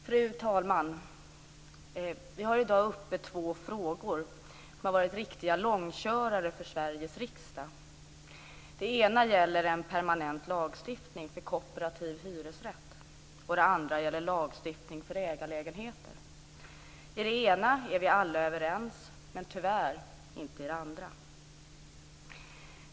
Fru talman! Vi behandlar i dag två frågor som har varit riktiga långkörare för Sveriges riksdag. Den ena gäller en permanent lagstiftning för kooperativ hyresrätt, och den andra gäller lagstiftning för ägarlägenheter. I den ena frågan är vi alla överens, men tyvärr inte i den andra.